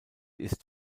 ist